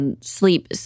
sleep